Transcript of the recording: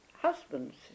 husbands